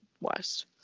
west